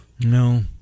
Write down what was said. No